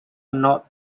north